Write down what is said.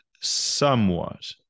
somewhat